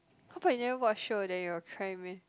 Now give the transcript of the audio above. how about you never watch show then you will cry meh